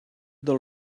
del